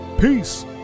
Peace